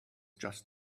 just